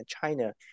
China